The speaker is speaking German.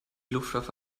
luftwaffe